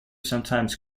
sometimes